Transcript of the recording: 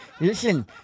Listen